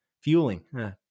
Fueling